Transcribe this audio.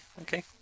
okay